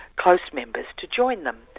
close members, to join them.